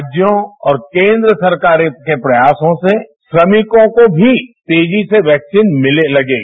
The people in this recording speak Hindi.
राज्यों और केन्द्र सरकारों के प्रयासों से श्रमिकों को भी तेजी से वैक्सीन मिलने लगेगी